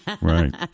right